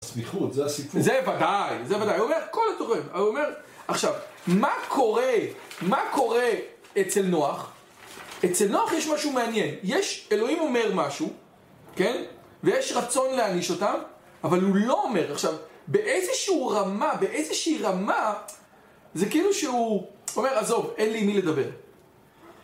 סביחות זה הסיפור זה ודאי, זה ודאי הוא אומר, כל התוכן הוא אומר, עכשיו מה קורה, מה קורה אצל נוח אצל נוח יש משהו מעניין יש, אלוהים אומר משהו כן, ויש רצון להניש אותם אבל הוא לא אומר, עכשיו באיזשהו רמה, באיזשהי רמה זה כאילו שהוא אומר, עזוב, אין לי מי לדבר